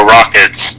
Rockets